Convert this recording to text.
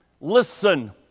Listen